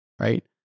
right